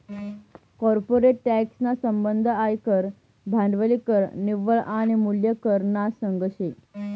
corporate tax ना संबंध आयकर, भांडवली कर, निव्वळ आनी मूल्य कर ना संगे शे